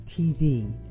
TV